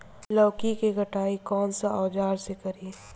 लौकी के कटाई कौन सा औजार से करी?